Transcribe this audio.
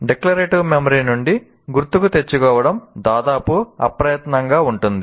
declarative memory నుండి గుర్తుకు తెచ్చుకోవడం దాదాపు అప్రయత్నంగా ఉంటుంది